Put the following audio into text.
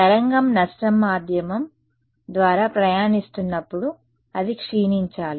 తరంగం నష్ట మాధ్యమం ద్వారా ప్రయాణిస్తున్నప్పుడు అది క్షీణించాలి